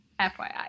FYI